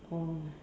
oh